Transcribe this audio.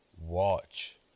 watch